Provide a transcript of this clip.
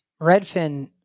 Redfin